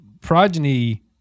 progeny